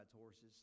horses